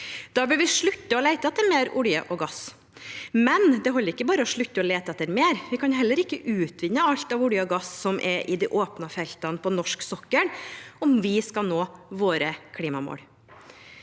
Da bør vi slutte å lete etter mer olje og gass. Det holder likevel ikke bare å slutte å lete etter mer, vi kan heller ikke utvinne alt av olje og gass som er i de åpnede feltene på norsk sokkel, om vi skal nå våre klimamål.